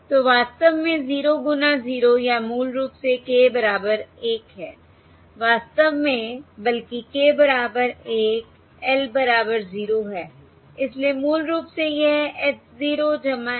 तो वास्तव में 0 गुना 0 या मूल रूप से k बराबर 1 है वास्तव में बल्कि k बराबर 1 L बराबर 0 है इसलिए मूल रूप से यह h 0 h 1 है